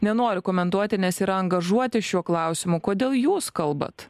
nenori komentuoti nes yra angažuoti šiuo klausimu kodėl jūs kalbat